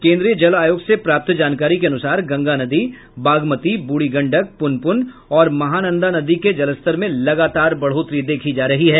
केन्द्रीय जल आयोग से प्राप्त जानकारी के अनुसार गंगा नदी बागमती ब्रढ़ी गंडक पुनपुन और महानंदा नदी के जलस्तर में लगातार बढ़ोतरी देखी जा रही है